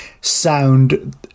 sound